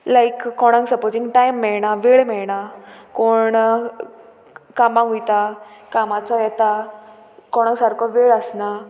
लायक कोणाक supposing time मेळना वेळ मेळना कोण कामाक वयता कामाचो येता कोणाक सारको वेळ आसना